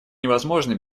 невозможны